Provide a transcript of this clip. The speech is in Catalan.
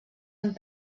amb